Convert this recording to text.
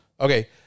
Okay